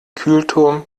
kühlturm